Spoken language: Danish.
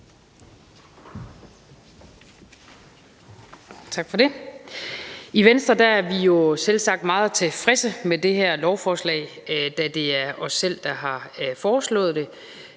I Venstre er vi jo selvsagt meget tilfredse med det her lovforslag, da det er os selv, der har foreslået det.